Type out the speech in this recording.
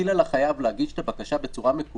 זה נטל מאוד קטן להטיל על החייב להגיש את הבקשה בצורה מקוונת.